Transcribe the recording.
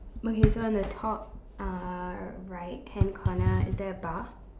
okay so on the top uh right hand corner is there a bar